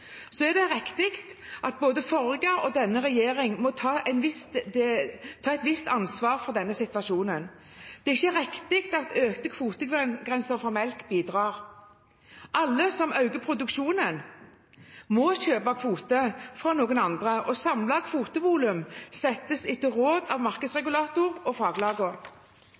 Så er det riktig at både forrige og denne regjering må ta et visst ansvar for denne situasjonen. Det er ikke riktig at økte kvotegrenser for melk bidrar. Alle som øker produksjonen, må kjøpe kvote fra noen andre, og samlet kvotevolum settes etter råd fra markedsregulator og